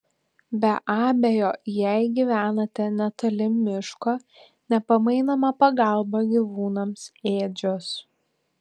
be abejo jei gyvenate netoli miško nepamainoma pagalba gyvūnams ėdžios